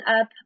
up